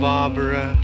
Barbara